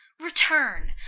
return,